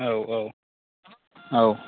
औ औ औ